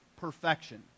perfection